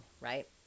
right